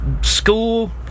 school